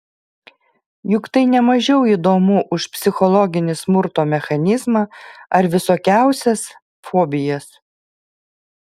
juk tai ne mažiau įdomu už psichologinį smurto mechanizmą ar visokiausias fobijas